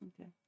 Okay